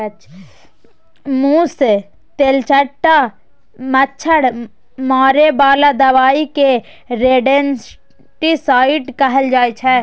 मुस, तेलचट्टा, मच्छर मारे बला दबाइ केँ रोडेन्टिसाइड कहल जाइ छै